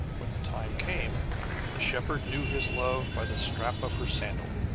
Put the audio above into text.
when the time came the shepherd knew his love by the strap of her sandal.